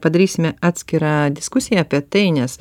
padarysime atskirą diskusiją apie tai nes